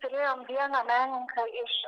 turėjom vieną menininką iš